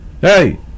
Hey